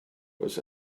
was